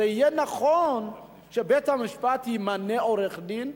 זה יהיה נכון שבית-המשפט ימנה עורך-דין.